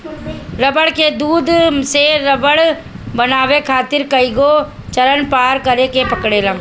रबड़ के दूध से रबड़ बनावे खातिर कईगो चरण पार करे के पड़ेला